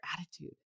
attitude